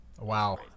Wow